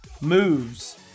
moves